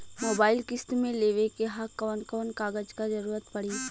Mobile किस्त मे लेवे के ह कवन कवन कागज क जरुरत पड़ी?